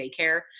daycare